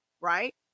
right